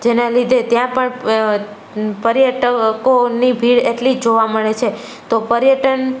જેના લીધે ત્યાં પણ પર્યટકોની ભીડ એટલી જ જોવા મળે છે તો પર્યટન